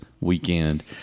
weekend